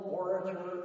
orator